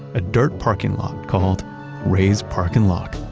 a dirt parking lot called ray's park and lock.